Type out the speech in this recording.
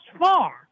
far